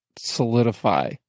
solidify